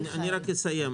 רק אסיים.